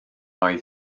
oedd